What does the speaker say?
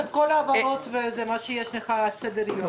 נעצור להם את כל ההעברות שיש על סדר היום.